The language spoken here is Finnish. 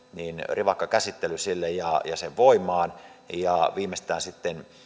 rivakka käsittely ja se voimaan ja viimeistään sitten